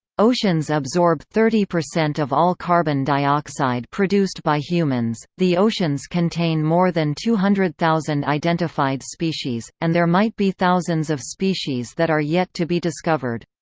oceans absorb thirty percent of all carbon dioxide produced by humans the oceans contain more than two hundred thousand identified species, and there might be thousands of species that are yet to be discovered.